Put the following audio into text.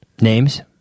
Names